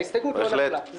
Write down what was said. ההסתייגות לא נפלה.